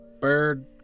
bird